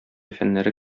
фәннәре